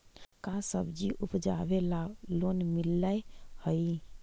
का सब्जी उपजाबेला लोन मिलै हई?